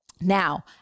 Now